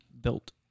built